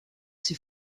ses